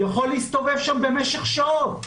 יכול להסתובב שם במשך שעות,